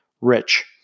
rich